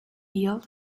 yield